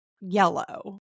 yellow